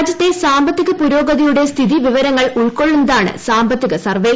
രാജ്യത്തെ സാമ്പത്തിക പുരോഗതിയുടെ സ്ഥിതിവിവരങ്ങൾ ഉൾക്കൊള്ളുന്നതാണ് സാമ്പത്തിക സർവേ